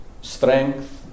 Strength